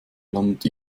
landet